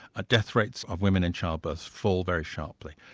ah death rates of women in childbirth fall very sharply.